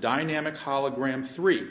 dynamic hologram three